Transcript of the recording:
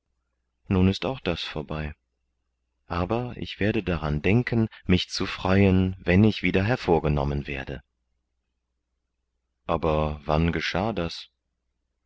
nun ist auch das vorbei aber ich werde daran denken mich zu freuen wenn ich wieder hervorgenommen werde aber wann geschah das